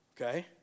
Okay